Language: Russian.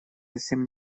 совсем